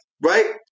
Right